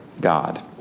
God